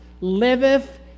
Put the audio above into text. liveth